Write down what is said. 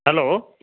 hello